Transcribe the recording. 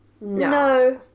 No